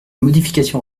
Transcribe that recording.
modification